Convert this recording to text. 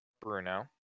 Bruno